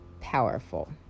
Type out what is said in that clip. powerful